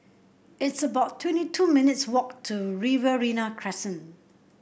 it's about twenty two minutes' walk to Riverina Crescent